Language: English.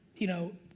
you know,